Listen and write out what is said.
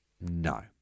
No